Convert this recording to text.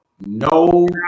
no